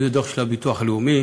אם זה דוח של הביטוח הלאומי,